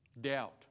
doubt